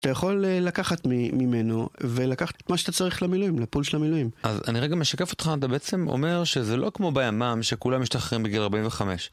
אתה יכול לקחת ממנו ולקחת את מה שאתה צריך למילואים, לפול של המילואים. אז אני רגע משקף אותך, אתה בעצם אומר שזה לא כמו בימם שכולם משתחררים בגיל 45.